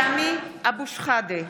מצביע סמי אבו שחאדה,